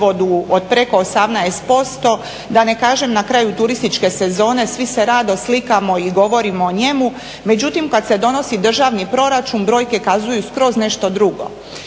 od preko 18%, da ne kažem na kraju turističke sezone svi se rado slikamo i govorimo o njemu. Međutim, kad se donosi državni proračun brojke kazuju skroz nešto drugo.